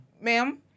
ma'am